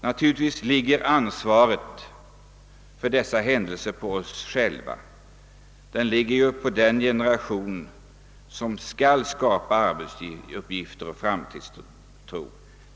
Naturligtvis ligger ansvaret för dessa händelser på oss själva, på den generation som skulle skapa arbetsuppgifter och framtidstro.